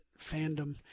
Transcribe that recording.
fandom